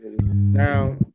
Now